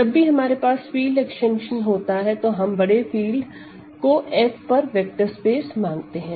जब भी हमारे पास फील्ड एक्सटेंशन होता है तो हम बड़े फील्ड को F पर वेक्टर स्पेस मानते हैं